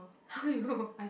how you know